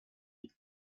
vies